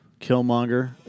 Killmonger